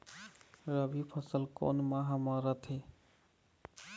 रबी फसल कोन माह म रथे?